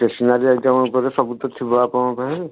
stationery item ଉପରେ ସବୁ ତ ଥିବ ଆପଣଙ୍କ ପାଖରେ